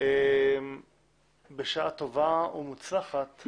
בשעה טובה ומוצלחת,